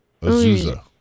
Azusa